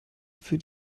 für